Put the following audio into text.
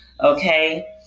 Okay